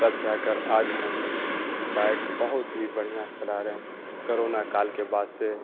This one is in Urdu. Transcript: تب جا کر آج ہم بائک بہت ہی بڑھیاں سے چلا رہے ہیں کرونا کال کے بعد سے